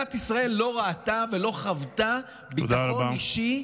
מדינת ישראל לא ראתה ולא חוותה ביטחון אישי,